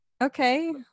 Okay